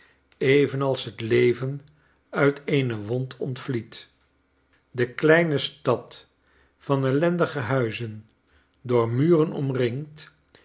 evenals het leven uit eene wond ontvliedt de kleine stad van ellendige huizen door muren omringd